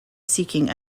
seeking